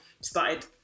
started